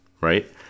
right